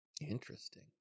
Interesting